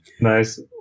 Nice